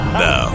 no